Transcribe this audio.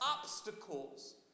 obstacles